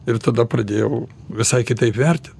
ir tada pradėjau visai kitaip vertint